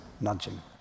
nudging